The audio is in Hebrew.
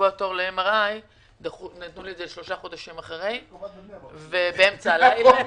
לקבוע תור ל-MRI נתנו לי את זה אחרי שלושה חודשים ובאמצע הלילה.